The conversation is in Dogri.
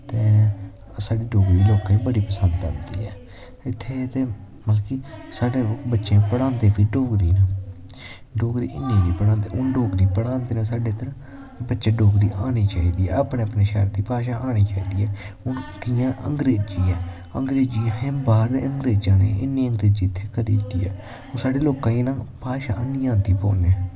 ते साढ़ी डोगरी लोकें बड़ी पसंद आंदी ऐ इत्थें ते मतलव कि साढ़े बच्चें गी पढ़ांदे बी डोगरी न डोगरी इन्नी नी पढ़ादे हून डोगरी पढ़ांदे न इध्दर बच्चें गी डोगरी आनी चाही दी ऐ अपनी अपनी शैह्र दी भाशा आनी चाही दी ऐ हून जियां अंग्रेजी ऐ अग्रेजी असैं बाहग्र दै अंग्रेजां नै इन्नी अंग्रेजी इत्थैं करी ओड़ी दी ऐ साढ़े लोकां गी ना भाशा ऐनी आंदी बोलनै